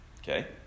Okay